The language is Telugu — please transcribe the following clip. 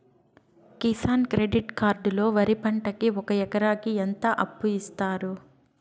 కిసాన్ క్రెడిట్ కార్డు లో వరి పంటకి ఒక ఎకరాకి ఎంత అప్పు ఇస్తారు?